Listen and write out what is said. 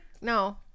no